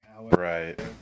right